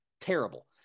terrible